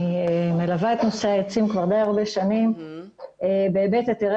אני מלווה את נושא העצים כבר די הרבה שנים בהיבט היתרי